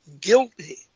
guilty